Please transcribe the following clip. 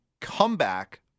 comeback